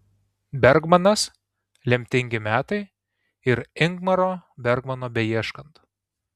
bergmanas lemtingi metai ir ingmaro bergmano beieškant